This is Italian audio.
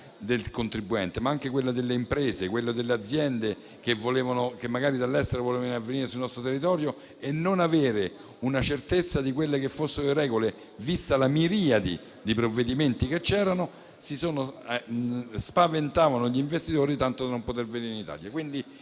del contribuente, ma anche quella delle imprese e delle aziende che magari dall'estero volevano venire sul nostro territorio. La mancanza di certezza di quelle che fossero le regole e la miriade di provvedimenti presenti spaventavano gli investitori tanto da indurli a non venire in Italia.